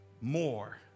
more